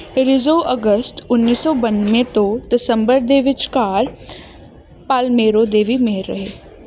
Rizzo ਅਗਸਤ ਉੱਨੀ ਸੌ ਬਾਨਵੇਂ ਤੋਂ ਦਸੰਬਰ ਦੇ ਵਿਚਕਾਰ ਪਾਲਮੇਰੋ ਦੇ ਵੀ ਮੇਅਰ ਰਹੇ